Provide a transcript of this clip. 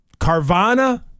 Carvana